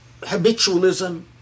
habitualism